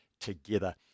together